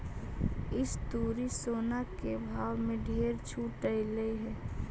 इस तुरी सोना के भाव में ढेर छूट अएलई हे